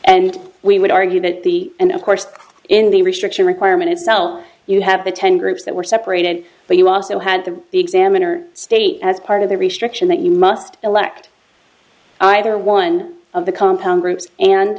and we would argue that the and of course in the restriction requirement itself you have the ten groups that were separated but you also had the examiner state as part of the restriction that you must elect either one of the compound groups and